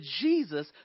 Jesus